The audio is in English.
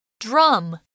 Drum